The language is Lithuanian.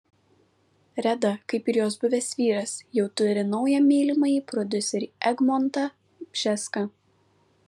reda kaip ir jos buvęs vyras jau turi naują mylimąjį prodiuserį egmontą bžeską